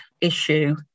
issue